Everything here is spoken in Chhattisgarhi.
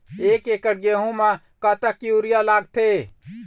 एक एकड़ गेहूं म कतक यूरिया लागथे?